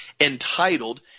entitled